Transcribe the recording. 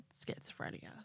schizophrenia